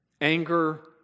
anger